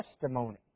testimony